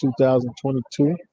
2022